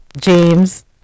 James